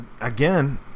again